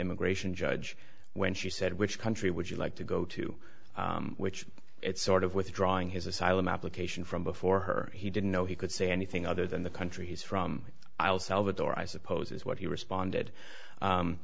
immigration judge when she said which country would you like to go to which it's sort of withdrawing his asylum application from before her he didn't know he could say anything other than the country he's from i'll salvador i suppose is what he responded